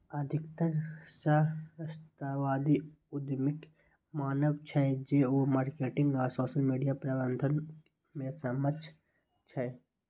अधिकतर सहस्राब्दी उद्यमीक मानब छै, जे ओ मार्केटिंग आ सोशल मीडिया प्रबंधन मे सक्षम छै